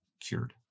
cured